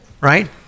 right